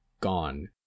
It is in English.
gone